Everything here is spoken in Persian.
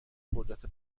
قدرت